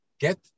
get